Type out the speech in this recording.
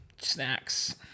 snacks